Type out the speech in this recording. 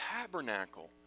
tabernacle